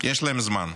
יש להם זמן.